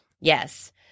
yes